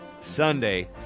Sunday